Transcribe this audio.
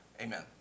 amen